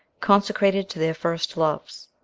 consecrated to their first loves.